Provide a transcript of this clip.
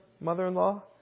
mother-in-law